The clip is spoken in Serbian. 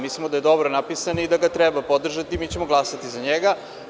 Mislimo da je dobro napisan i da ga treba podržati i mi ćemo glasati za njega.